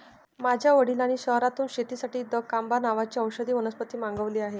माझ्या वडिलांनी शहरातून शेतीसाठी दकांबा नावाची औषधी वनस्पती मागवली आहे